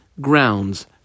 grounds